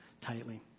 tightly